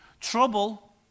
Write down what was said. Trouble